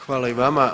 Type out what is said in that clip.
Hvala i vama.